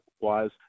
wise